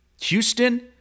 Houston